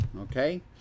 Okay